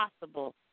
possible